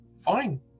fine